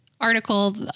article